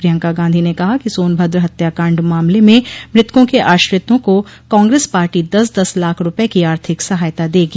प्रियंका गाधी ने कहा कि सोनभद्र हत्याकाण्ड मामले में मृतकों के आश्रितों को कांग्रेस पार्टी दस दस लाख रूपये की आर्थिक सहायता देगी